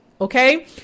okay